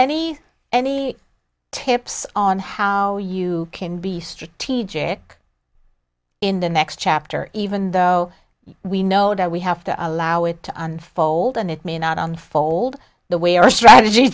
any any tips on how you can be strategic in the next chapter even though we know that we have to allow it to unfold and it may not on the fold the way our strategy